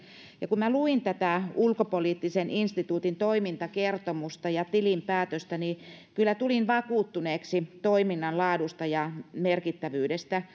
kun minä luin tätä ulkopoliittisen instituutin toimintakertomusta ja tilinpäätöstä niin kyllä tulin vakuuttuneeksi toiminnan laadusta ja merkittävyydestä